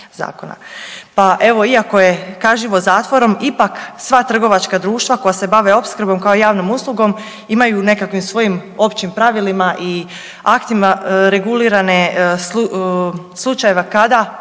Pa evo iako je kažnjivost zatvorom ipak sva trgovačka društva koja se bave opskrbom kao javnom uslugom imaju u nekakvim svojim općim pravilima i aktima regulirane slučajeve kada